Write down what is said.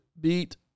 beat